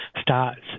starts